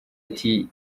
ati